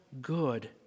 good